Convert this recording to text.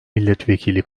milletvekili